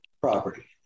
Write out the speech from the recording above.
property